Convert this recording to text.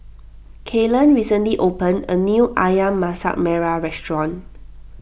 Kaylen recently opened a new Ayam Masak Merah Restaurant